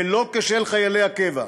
ולא כשל חיילי הקבע,